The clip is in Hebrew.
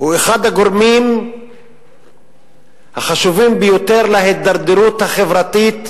הוא אחד הגורמים החשובים ביותר להידרדרות החברתית,